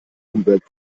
umwelt